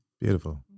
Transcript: Beautiful